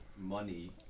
money